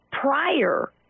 prior